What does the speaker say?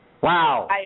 Wow